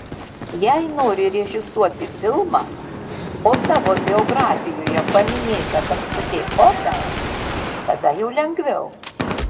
jei nori režisuoti filmą o tavo biografijoje paminėta kad statei operą tada jau lengviau